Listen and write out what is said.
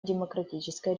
демократической